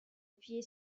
appuyée